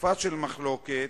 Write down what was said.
מה טיבה של המחלוקת